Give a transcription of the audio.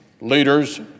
Leaders